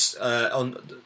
on